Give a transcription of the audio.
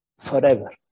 forever